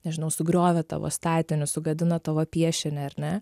nežinau sugriovė tavo statinius sugadino tavo piešinį ar ne